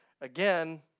again